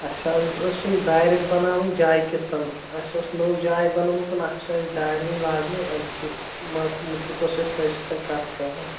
اَسہِ حظ ٲسۍ یِم دارِ بَناوٕنۍ جایہِ کِژھ اَسہِ ٲس نٔو جاے بَنٲومٕژ اَتھ چھِ اَسہِ دارِ وُنہِ لاگنَے اَمہِ کہِ مُتعلِق اوس اَسہِ تۄہہِ سۭتۍ کَتھ کَرٕنۍ